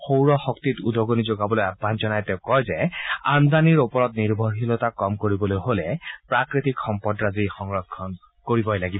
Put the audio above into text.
সৌৰশক্তিত উদগনি যোগাবলৈ আহান জনাই তেওঁ কয় যে আমদানিৰ ওপৰত নিৰ্ভৰশীলতা কম কৰাৰ বাবে প্ৰাকৃতিক সম্পদৰাজি সংৰক্ষণ কৰিবই লাগিব